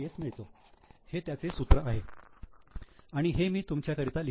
मिळतो हे त्याचे सूत्र आहे आणि हे मी तुमच्याकरिता लिहितो